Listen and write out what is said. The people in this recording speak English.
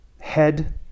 head